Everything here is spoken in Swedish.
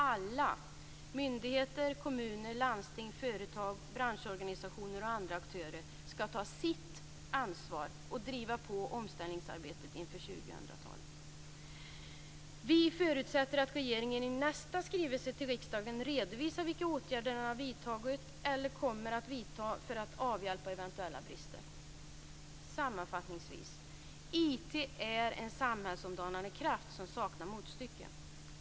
Alla - myndigheter, kommuner, landsting, företag, branschorganisationer och andra aktörer - skall ta sitt ansvar och driva på omställningsarbetet inför Vi förutsätter att regeringen i nästa skrivelse till riksdagen redovisar vilka åtgärder som har vidtagits eller kommer att vidtas för att avhjälpa eventuella brister. Sammanfattningsvis: IT är en samhällsomdanande kraft som saknar motstycke.